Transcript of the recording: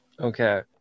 Okay